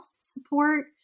support